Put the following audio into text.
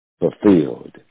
fulfilled